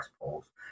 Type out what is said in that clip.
polls